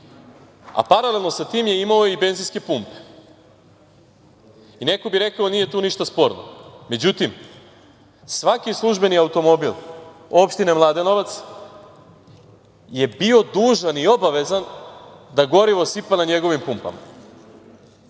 a paralelno sa tim je imao i benzinske pumpe. Neko bi rekao nije tu ništa sporno. Međutim, svaki službeni automobil opštine Mladenovac je bio dužan i obavezan da gorivo sipa na njegovim pumpama.